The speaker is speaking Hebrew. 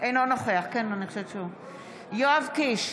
יואב קיש,